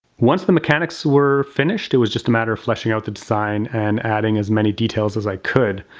once the mechanics were finished it was just a matter of fleshing out the design and adding as many details as i could.